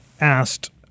asked